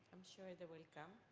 i'm sure they will come.